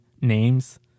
names